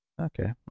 Okay